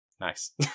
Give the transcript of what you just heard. nice